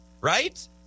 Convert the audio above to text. right